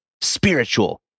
spiritual